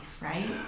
right